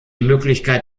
möglichkeit